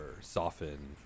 soften